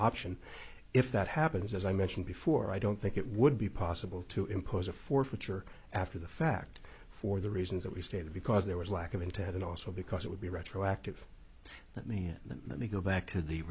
option if that happens as i mentioned before i don't think it would be possible to impose a forfeiture after the fact for the reasons that we stated because there was lack of intent and also because it would be retroactive let me let me go back to the